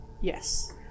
yes